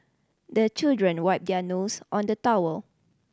the children wipe their nose on the towel